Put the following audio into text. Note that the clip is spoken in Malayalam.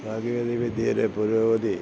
സാങ്കേതികവിദ്യയിലെ പുരോഗതി